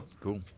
Cool